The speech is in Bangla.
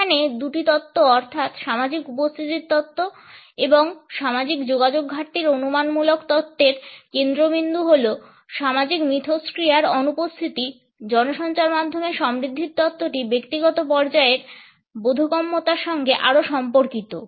যেখানে প্রথম দুটি তত্ত্ব অর্থাৎ সামাজিক উপস্থিতির তত্ত্ব এবং সামাজিক যোগাযোগ ঘাটতির অনুমানমূলক তত্ত্বের কেন্দ্রবিন্দু হলো সামাজিক মিথস্ক্রিয়ার অনুপস্থিতি জনসঞ্চার মাধ্যমের সমৃদ্ধির তত্ত্বটি ব্যক্তিগত পর্যায়ের বোধগম্যতার সঙ্গে আরও সম্পর্কিত